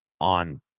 on